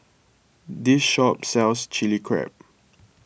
this shop sells Chilli Crab